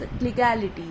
legality